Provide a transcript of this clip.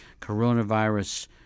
coronavirus